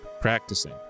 practicing